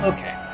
Okay